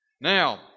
Now